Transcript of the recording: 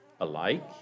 alike